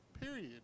period